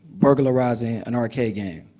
burglarizing an arcade game,